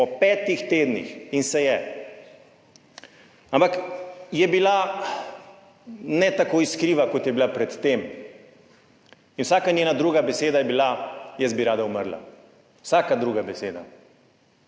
po petih tednih! Ampak ni bila tako iskriva, kot je bila pred tem. Vsaka njena druga beseda je bila, jaz bi rada umrla, vsaka druga beseda.